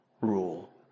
rule